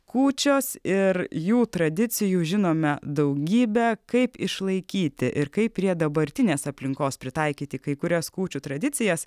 kūčios ir jų tradicijų žinome daugybę kaip išlaikyti ir kaip prie dabartinės aplinkos pritaikyti kai kurias kūčių tradicijas